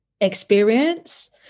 experience